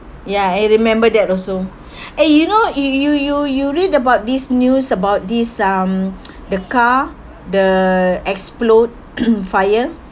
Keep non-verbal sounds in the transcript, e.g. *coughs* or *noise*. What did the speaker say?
ya I remember that also *breath* and you know you you you you read about this news about this um the car the explode *coughs* fire